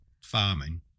farming